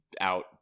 out